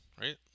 right